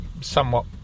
somewhat